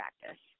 practice